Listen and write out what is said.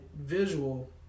visual